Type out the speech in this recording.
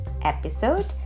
episode